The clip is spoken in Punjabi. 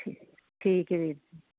ਠੀਕ ਹੈ ਵੀਰ ਜੀ